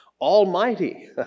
Almighty